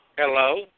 Hello